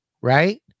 Right